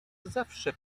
zawsze